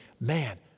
man